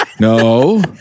No